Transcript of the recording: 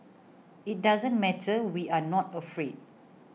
it doesn't matter we are not afraid